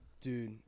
dude